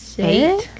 Eight